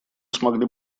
смогли